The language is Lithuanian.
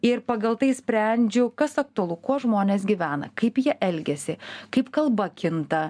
ir pagal tai sprendžiu kas aktualu kuo žmonės gyvena kaip jie elgiasi kaip kalba kinta